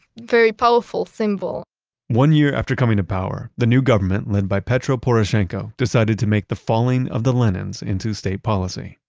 very powerful symbol one year after coming to power, the new government led by petro poroshenko, decided to make the falling of the lenins into state policy.